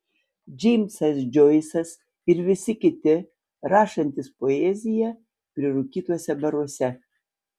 džeimsas džoisas ir visi kiti rašantys poeziją prirūkytuose baruose